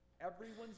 Everyone's